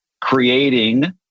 creating